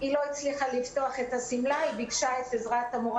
היא לא הצליחה לפתוח את השמלה וביקשה את עזרת המורה